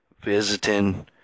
Visiting